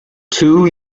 two